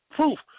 proof